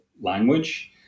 language